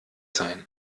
sein